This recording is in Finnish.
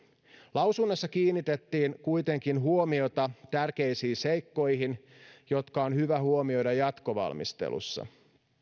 lausunnoissa kiinnitettiin kuitenkin huomiota tärkeisiin seikkoihin jotka on hyvä huomioida jatkovalmistelussa